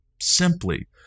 simply